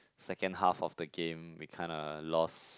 second half of the game we kinda lost